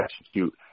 execute